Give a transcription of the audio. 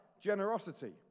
Generosity